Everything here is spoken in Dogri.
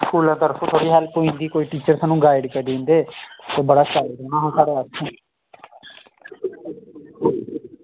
स्कूला तरफा थोह्ड़ी हैल्प होई जंदी ही कोई टीचर सानूं गाइड करी दिंदे हे ते बड़ा शैल रौह्ना हा साढ़े आस्तै